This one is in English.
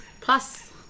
Plus